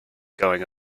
going